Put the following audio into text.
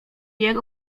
jego